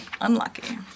unlucky